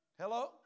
Hello